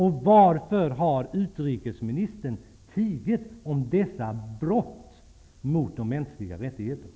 Varför har utrikesministern tigit om dessa brott mot de mänskliga rättigheterna?